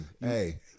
Hey